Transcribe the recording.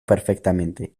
perfectamente